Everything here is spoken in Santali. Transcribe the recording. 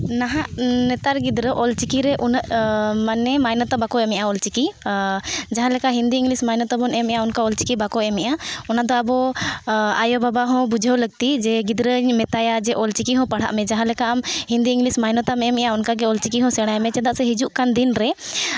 ᱱᱟᱦᱟᱜ ᱱᱮᱛᱟᱨ ᱜᱤᱫᱽᱨᱟᱹ ᱚᱞ ᱪᱤᱠᱤ ᱨᱮ ᱩᱱᱟᱹᱜ ᱢᱟᱱᱮ ᱢᱟᱱᱱᱚᱛᱟ ᱵᱟᱠᱚ ᱮᱢᱮᱫᱼᱟ ᱚᱞ ᱪᱤᱠᱤ ᱡᱟᱦᱟᱸ ᱞᱮᱠᱟ ᱦᱤᱱᱫᱤ ᱤᱝᱞᱤᱥ ᱢᱟᱱᱱᱚᱛᱟ ᱵᱚᱱ ᱮᱢᱮᱫᱼᱟ ᱚᱱᱠᱟ ᱚᱞ ᱪᱤᱠᱤ ᱵᱟᱠᱚ ᱮᱢᱮᱜᱼᱟ ᱚᱱᱟᱛᱮ ᱟᱵᱚ ᱟᱭᱳ ᱵᱟᱵᱟ ᱦᱚᱸ ᱵᱩᱡᱷᱟᱹᱣ ᱞᱟᱹᱠᱛᱤ ᱡᱮ ᱜᱤᱫᱽᱨᱟᱹᱧ ᱢᱮᱛᱟᱭᱟ ᱚᱞᱪᱤᱠᱤ ᱦᱚᱸ ᱯᱟᱲᱦᱟᱜ ᱢᱮ ᱡᱟᱦᱟᱸ ᱞᱮᱠᱟ ᱟᱢ ᱦᱤᱱᱫᱤ ᱤᱝᱞᱤᱥ ᱢᱟᱱᱱᱚᱛᱟᱢ ᱮᱢᱮᱫᱼᱟ ᱚᱱᱠᱟᱜᱮ ᱚᱞ ᱪᱤᱠᱤ ᱦᱚᱸ ᱥᱮᱬᱟᱭ ᱢᱮ ᱪᱮᱫᱟᱜ ᱥᱮ ᱦᱤᱡᱩᱜ ᱠᱟᱱ ᱫᱤᱱ ᱨᱮ